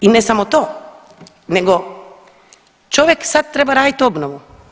I ne samo to, nego čovjek sad treba raditi obnovu.